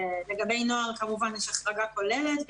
לגבי נוער יש החרגה כוללת,